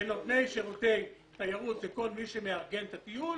שנותני שירותי תיירות זה כל מי שמארגן את הטיול.